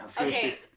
Okay